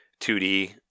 2D